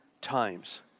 times